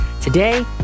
Today